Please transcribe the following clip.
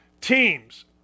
Teams